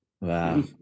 Wow